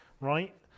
right